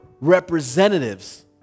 representatives